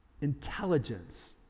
intelligence